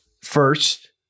first